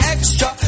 Extra